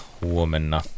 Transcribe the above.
huomenna